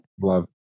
love